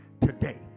today